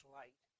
light